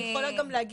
אני יכולה גם להגיד.